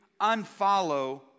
unfollow